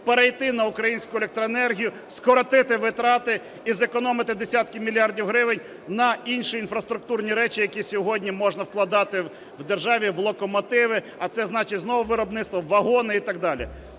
перейти на українську електроенергію, скоротити витрати і зекономити десятки мільярдів гривень на інші інфраструктурні речі, які сьогодні можна вкладати в державі – в локомотиви, а це значить знову виробництво, в вагони і так далі.